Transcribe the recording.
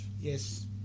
yes